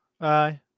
Aye